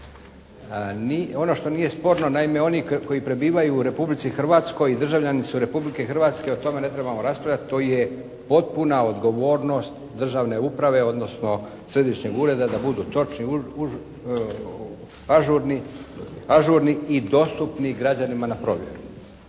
Ono što nije sporno, naime oni koji prebivaju u Republici Hrvatskoj i državljani su Republike Hrvatske, o tome ne trebamo raspravljati, to je potpuna odgovornost državne uprave odnosno Središnjeg ureda da budu točni, ažurni i dostupni građanima na provjeru.